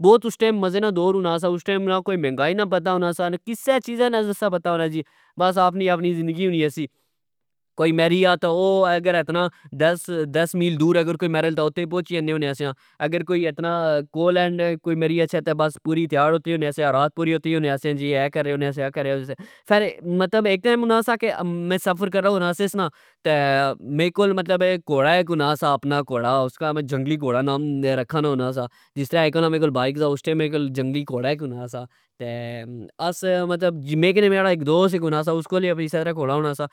بوت اس ٹئم مزے نا دور ہونا سا .اس ٹئم نا مہنگائی نا پتا ہونا سا کسہ چییزہ نا نی سا پتا ہونا جی بس آپنی آپنی ذندگی ہونی سی کوئی مری گیا تہ او اگر دس میل دور مرہ تہ اتھہ وی پوچی جچھنے سیا ا.گر کوئی اتنا کول اینڈ مرہ تہ بس پوری دیاڑ رات اتھہ ہونے سیا جی اے کریو اہہ کریو فر اک ٹئم ہونا سا کہ میں سفر کرنا ہونا سیس نا میرے کول کوڑا اک ہونا سا اپنا اپنا کوڑا اسنا نا میں جنگلی کوڑا رکھا ہونا سا .جس ٹئم اسرہ میرے کول بائک آ اس ٹئم میرے کول جنگلی کوڑا ہونا سا تہ آس میرا دوست اک ہونا سا اس کول اسرہ تہ کوڑا ہونا سا